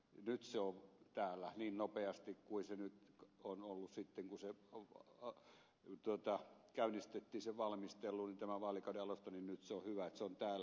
nyt se on täällä niin nopeasti kuin se nyt on ollut mahdollista kun sen valmistelu käynnistettiin tämän vaalikauden alusta niin on hyvä että se on nyt täällä